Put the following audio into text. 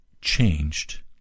changed